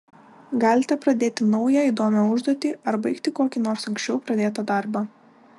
galite pradėti naują įdomią užduotį ar baigti kokį nors anksčiau pradėtą darbą